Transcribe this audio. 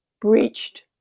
breached